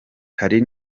hari